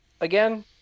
again